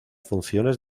funciones